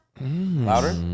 Louder